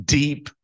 deep